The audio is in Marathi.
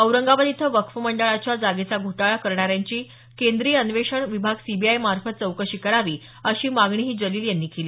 औरंगाबाद इथं वक्फ मंडळाच्या जागेचा घोटाळा करणाऱ्यांची केंद्रीय अन्वेषण विभाग सीबीआय चौकशी करावी अशी मागणीही जलील यांनी केली